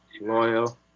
loyal